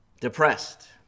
Depressed